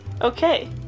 Okay